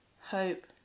hope